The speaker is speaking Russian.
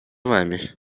вами